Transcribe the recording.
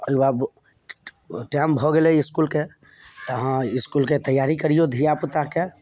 आओर अब टाइम भऽ गेलै इसकुलके तऽ अहाँ इसकुलके तैआरी करियौ धिआपुता के